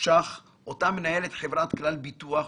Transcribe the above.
₪ אותם מנהלת חברת כלל ביטוח,